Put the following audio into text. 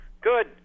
Good